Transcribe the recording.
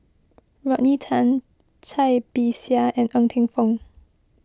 Rodney Tan Cai Bixia and Ng Teng Fong